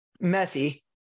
messy